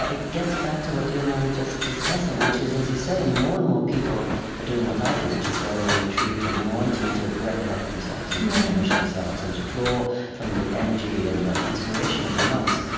it gets back to what you and i were just discussing, which is, as you say, more and more people are doing what i do, which is going on retreat and wanting to recollect themselves and replenish themselves and to draw from the energy and inspiration of the monks.